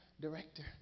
director